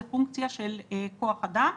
זה פונקציה של כוח אדם,